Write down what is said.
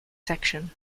section